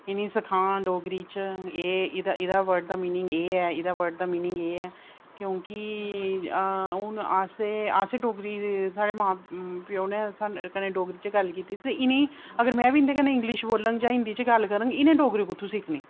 एह् मी सिखान डोगरी डोगरी च एह इहदा बर्ड़ दा मीनिंग एह् ऐ एहदे वर्ड दा मीनिंग एह् ऐ क्योंकि हून अस डोगरी ते साढ़े मां प्यो ने साढ़े कन्नै डोगरी च गल्ल कीती ते इनें ई अगर में बी इंदे कन्नै इंगलिश बोलङ जां गल्ल करङ इनें डोगरी कुत्थूं सिक्खनी